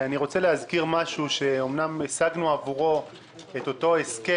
אני רוצה להזכיר משהו שאמנם השגנו עבורו את אותו הסכם